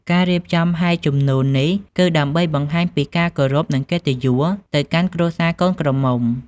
ការរៀបចំហែជំនូននេះគឺដើម្បីបង្ហាញពីការគោរពនិងកិត្តិយសទៅកាន់គ្រួសារកូនក្រមុំ។